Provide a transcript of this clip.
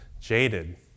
jaded